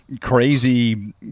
crazy